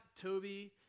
Toby